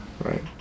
right